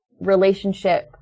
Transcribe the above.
relationship